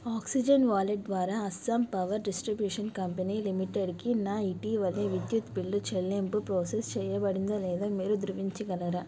oxygen wallet ద్వారా Assam power distribution company లిమిటెడ్కి నా ఇటీవలి విద్యుత్ బిల్లు చెల్లింపు ప్రోసెస్ చేయబడిందో లేదో మీరు ధృవించగలరా